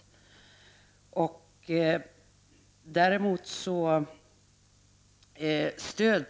Motionen stöds däremot i reservation